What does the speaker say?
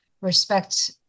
respect